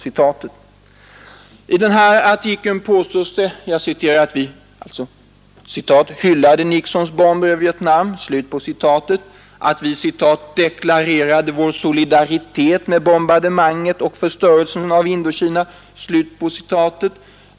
I den här artikeln påstås det att vi ”hyllade Nixons bomber över Vietnam”, att vi ”deklarerade vår solidaritet med bombardemanget och förstörelsen av Indokina”.